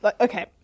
Okay